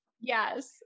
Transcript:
Yes